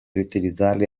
riutilizzarli